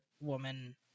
woman